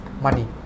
money